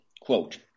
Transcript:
quote